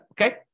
Okay